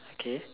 okay